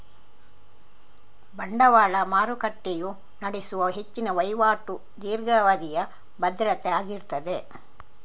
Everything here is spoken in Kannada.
ಬಂಡವಾಳ ಮಾರುಕಟ್ಟೆಯು ನಡೆಸುವ ಹೆಚ್ಚಿನ ವೈವಾಟು ದೀರ್ಘಾವಧಿಯ ಭದ್ರತೆ ಆಗಿರ್ತದೆ